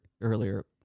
earlier